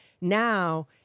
Now